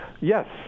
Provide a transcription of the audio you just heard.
Yes